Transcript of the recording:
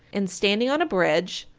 and standing on a bridge,